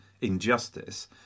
injustice